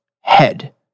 head